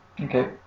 okay